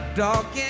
dark